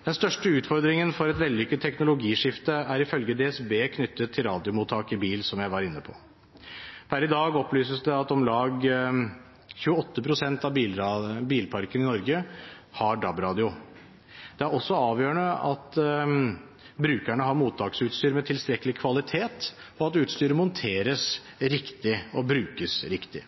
Den største utfordringen for et vellykket teknologskifte er ifølge DSB knyttet til radiomottak i bil, som jeg var inne på. Per i dag opplyses det at om lag 28 pst. av bilparken i Norge har DAB-radio. Det er også avgjørende at brukerne har mottaksutstyr med tilstrekkelig kvalitet, og at utstyret monteres riktig